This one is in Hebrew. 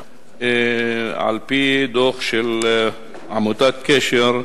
על-פי דוח של עמותת "קשר"